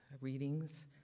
readings